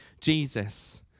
Jesus